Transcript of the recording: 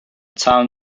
town